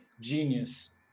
genius